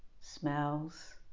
smells